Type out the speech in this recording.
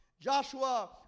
Joshua